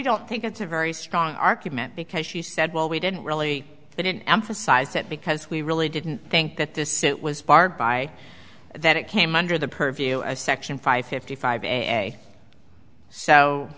don't think it's a very strong argument because she said well we didn't really they didn't emphasize it because we really didn't think that this it was barred by that it came under the purview of section five fifty five